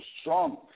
strong